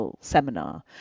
seminar